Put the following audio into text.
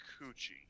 coochie